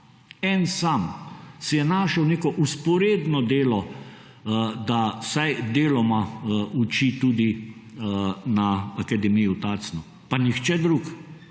en sam, si je našel neko vzporedno delo, da vsaj deloma uči tudi na akademiji v Tacnu, pa nihče drug,